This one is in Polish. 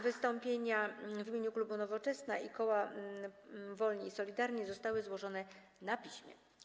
Wystąpienia w imieniu klubu Nowoczesna i koła Wolni i Solidarni zostały złożone na piśmie.